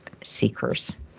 seekers